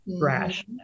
rash